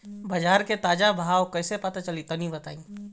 बाजार के ताजा भाव कैसे पता चली तनी बताई?